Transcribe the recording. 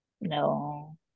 No